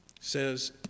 says